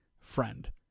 friend